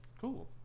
Cool